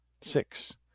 six